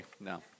no